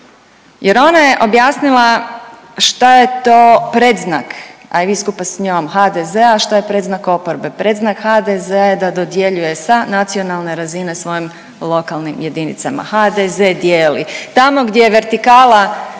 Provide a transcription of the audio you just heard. Jer ona je objasnila šta je to predznak a i vi skupa s njom HDZ-a, a šta je predznak oporbe. Predznak HDZ-a je da dodjeljuje sa nacionalne razine svojim lokalnim jedinicama. HDZ dijeli tamo gdje je vertikala